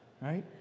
Right